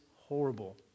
horrible